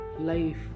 life